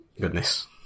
goodness